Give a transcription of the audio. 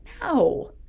no